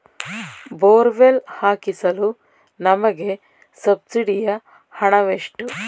Borewell ಹಾಕಿಸಲು ನಮಗೆ ಸಬ್ಸಿಡಿಯ ಹಣವೆಷ್ಟು?